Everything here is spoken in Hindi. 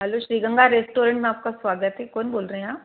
हलो श्री गंगा रेस्टोरेंट में आपका स्वागत है कौन बोल रहे हैं आप